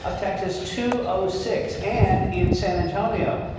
ah texas two oh six and in san antonio,